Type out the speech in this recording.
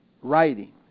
writing